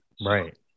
Right